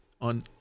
On